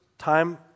Time